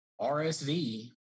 RSV